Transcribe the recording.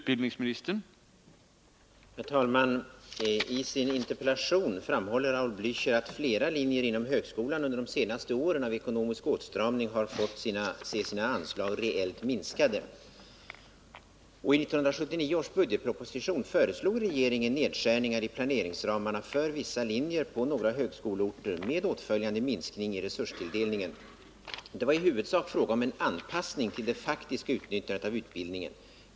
Herr talman! I sin interpellation framhåller Raul Blächer att flera linjer inom högskolan under de senaste åren av ekonomisk åtstramning fått se sina anslag reellt minskade. I 1979 års budgetproposition föreslog regeringen nedskärningar i planeringsramarna för vissa linjer på några högskoleorter med åtföljande minskning i resurstilldelningen. Det var i huvudsak fråga om en anpassning till det faktiska utnyttjandet av utbildningen.